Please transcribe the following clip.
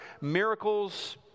Miracles